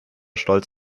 stolz